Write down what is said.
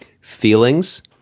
feelings